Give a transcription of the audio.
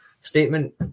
Statement